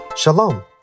Shalom